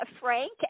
Frank